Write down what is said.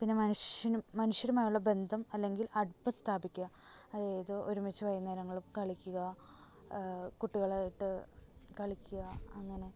പിന്നെ മനുഷ്യനും മനുഷ്യരുമായുള്ള ബന്ധം അല്ലെങ്കിൽ അടുപ്പം സ്ഥാപിക്കുക അതായത് ഒരുമിച്ച് വൈകുന്നേരങ്ങളിൽ കളിക്കുക കുട്ടികളുമായിട്ട് കളിക്കുക അങ്ങനെ